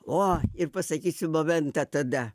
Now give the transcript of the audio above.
o ir pasakysiu momentą tada